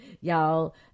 y'all